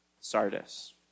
Sardis